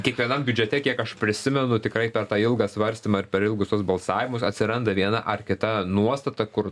kiekvienam biudžete kiek aš prisimenu tikrai per tą ilgą svarstymą ir per ilgus tuos balsavimus atsiranda viena ar kita nuostata kur